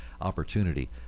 opportunity